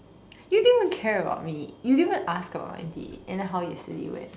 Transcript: you didn't even care about me you didn't even ask about my day and how yesterday went